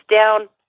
down